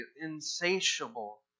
insatiable